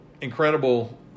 incredible